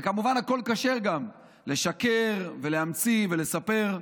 וכמובן, הכול כשר: לשקר, להמציא ולספר.